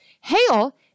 Hail